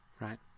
right